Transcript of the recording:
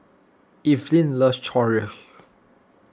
Eveline loves Chorizo